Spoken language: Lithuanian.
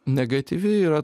negatyvi yra